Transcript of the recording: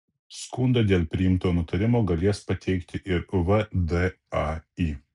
skundą dėl priimto nutarimo galės pateikti ir vdai